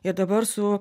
ir dabar su